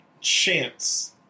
Chance